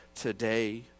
Today